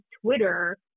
Twitter